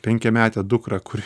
penkiametę dukrą kuri